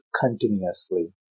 continuously